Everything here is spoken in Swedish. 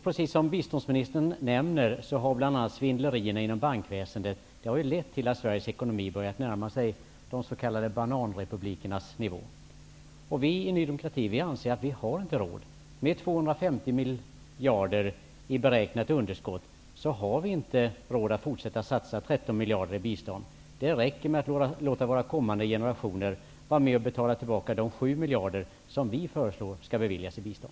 Precis som biståndsministern nämner har bl.a. svindlerierna inom bankväsendet lett till att Sveriges ekonomi börjat närma sig de s.k. Ny demokrati anser att vi, med 250 miljarder i beräknat underskott, inte har råd att fortsätta att satsa 13 miljarder i bestånd. Det räcker att vi låter våra kommande generationer få vara med och betala tillbaka de 7 miljarder som vi föreslår skall beviljas i bistånd.